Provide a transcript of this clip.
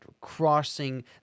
crossing